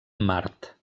mart